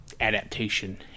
adaptation